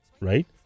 right